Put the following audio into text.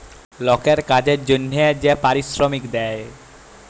লকের কাজের জনহে যে পারিশ্রমিক দেয়